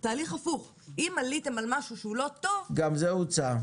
תהליך הפוך אם עליתם על משהו שהוא לא טוב -- גם זה הוצע.